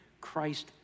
Christ